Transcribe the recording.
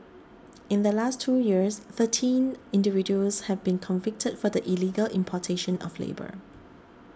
in the last two years thirteen individuals have been convicted for the illegal importation of labour